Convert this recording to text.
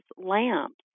lamps